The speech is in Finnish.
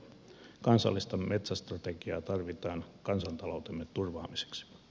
kansallista metsästrategiaa tarvitaan kansanta loutemme turvaamiseksi